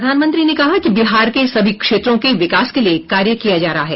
प्रधानमंत्री ने कहा कि बिहार के सभी क्षेत्रों के विकास के लिए कार्य किया जा रहा है